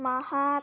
Mahato